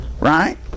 Right